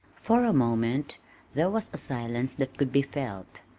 for a moment there was a silence that could be felt,